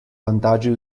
vantaggio